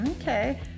okay